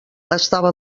estava